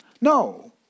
No